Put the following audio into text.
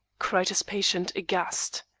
cried his patient, aghast.